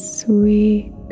Sweet